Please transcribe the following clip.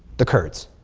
the kurds.